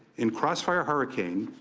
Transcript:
in crossfire hurricane,